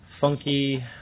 funky